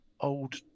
old